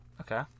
okay